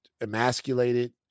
emasculated